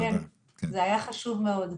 זה היה חשוב מאוד.